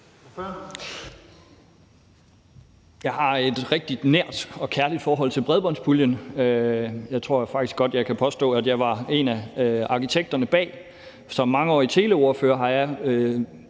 Jeg har et rigtig nært og kærligt forhold til bredbåndspuljen – jeg tror faktisk godt, jeg kan påstå, at jeg var en af arkitekterne bag. Som mangeårig teleordfører har jeg